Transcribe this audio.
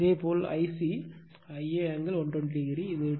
இதேபோல் Ic Ia angle 120o இது 297